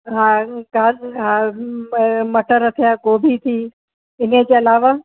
हा मटर थिया गोभी थी इन जे अलावा